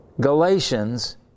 Galatians